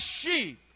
sheep